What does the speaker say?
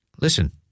Listen